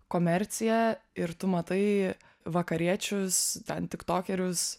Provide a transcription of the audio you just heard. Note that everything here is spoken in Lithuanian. komerciją ir tu matai vakariečius ten tiktokerius